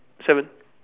seven